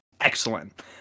excellent